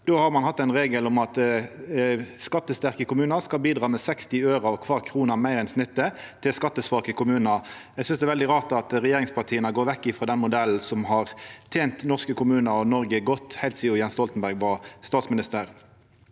Ein har hatt ein regel om at skattesterke kommunar skal bidra med 60 øre av kvar krone meir enn snittet til skattesvake kommunar. Eg synest det er veldig rart at regjeringspartia går vekk frå den modellen som har tent norske kommunar og Noreg godt heilt sidan Jens Stoltenberg var statsminister.